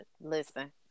listen